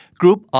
group